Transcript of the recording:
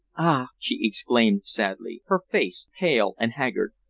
ah! she exclaimed sadly, her face pale and haggard.